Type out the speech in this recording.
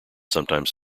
sometimes